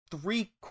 three